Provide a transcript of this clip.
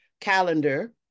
calendar